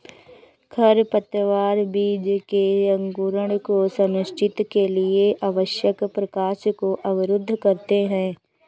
खरपतवार बीज के अंकुरण को सुनिश्चित के लिए आवश्यक प्रकाश को अवरुद्ध करते है